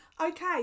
Okay